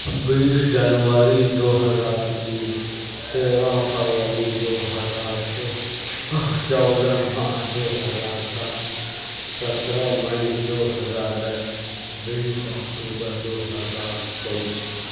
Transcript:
بیس جنوری دو ہزار تین تیرہ فروری دو ہزار چھ چودہ مارچ دو ہزار سات سترہ مئی دو ہزار دس بیس اکتوبر دو ہزار تیئس